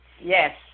Yes